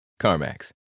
CarMax